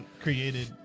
created